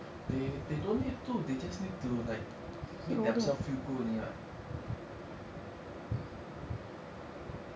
they they don't need to they just need to like make themselves feel good only [what]